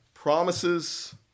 promises